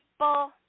People